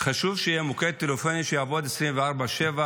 חשוב שיהיה מוקד טלפוני שיעבוד 24/7,